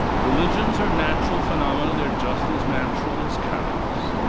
religions are natural phenomena they're just as natural as cows.